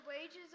wages